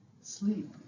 sleep